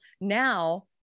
Now